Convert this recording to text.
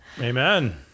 amen